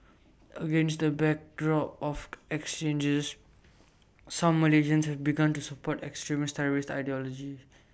against the backdrop of exchanges some Malaysians have begun to support extremist terrorist ideology